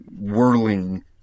whirling